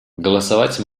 голосовать